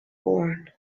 born